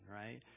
right